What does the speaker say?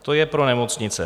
To je pro nemocnice.